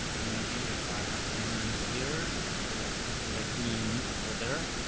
maybe if i have been in here it will let me in over there.